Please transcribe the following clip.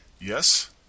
Yes